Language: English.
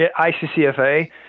ICCFA